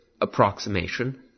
approximation